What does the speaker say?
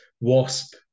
Wasp